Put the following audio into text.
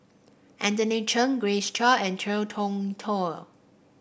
Anthony Chen Grace Chia and Ngiam Tong Dow